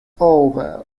over